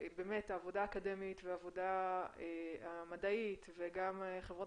שהעבודה האקדמית והעבודה המדעית וגם חברות